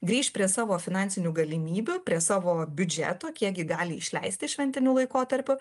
grįš prie savo finansinių galimybių prie savo biudžeto kiekgi gali išleisti šventiniu laikotarpiu